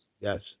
yes